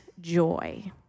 joy